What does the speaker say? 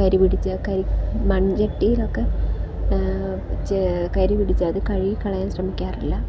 കരിപിടിച്ച കരി മണ്ചട്ടിലൊക്കെ കരിപിടിച്ചാൽ അത് കഴുകിക്കളയാന് ശ്രമിക്കാറില്ല